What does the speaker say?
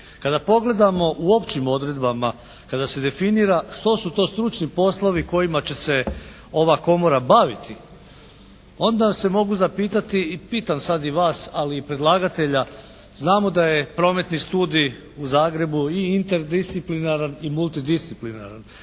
kada pogledamo u općim odredbama kada se definira što su to stručni poslovi kojima će se ova komora baviti onda se mogu zapitati i pitam sad i vas, ali i predlagatelja, znamo da je Prometni studij u Zagrebu i interdisciplinaran i multidisciplinaran.